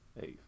Hey